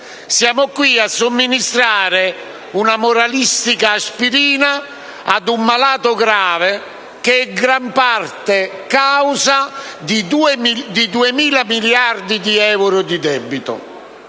Siamo qui a somministrare una moralistica aspirina ad un malato grave, che è in gran parte causa di 2.000 miliardi di euro di debito.